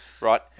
right